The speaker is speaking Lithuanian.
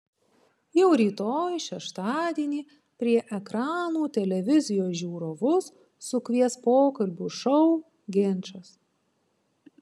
jau rytoj šeštadienį prie ekranų televizijos žiūrovus sukvies pokalbių šou ginčas